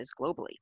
globally